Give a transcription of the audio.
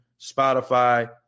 Spotify